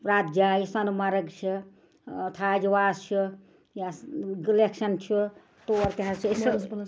پرٛٮ۪تھ جایہِ سۄنہٕ مگرٕگ چھِ تھاج واس چھِ یس گٕلٮ۪کشن چھُ تور تہِ حظ چھِ